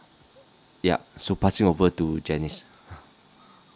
ya so passing over to janice